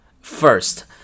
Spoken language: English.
first